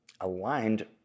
aligned